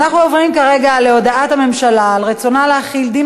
אנחנו עוברים כרגע להודעת הממשלה על רצונה להחיל דין